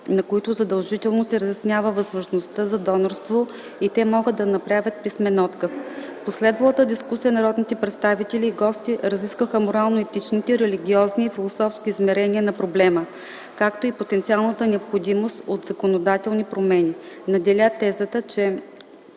на които задължително се разяснява възможността за донорство и те могат да направят писмен отказ. В последвалата дискусия народните представители и гости разискваха морално-етичните, религиозни и философски измерения на проблема, както и потенциалната необходимост от законодателни промени. Надделя тезата, че